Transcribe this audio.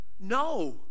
No